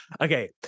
Okay